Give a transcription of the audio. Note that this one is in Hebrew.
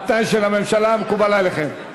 התנאי של הממשלה מקובל עליכם.